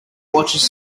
watches